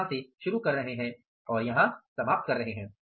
हम यहां से शुरू कर रहे हैं और यहां समाप्त कर रहे हैं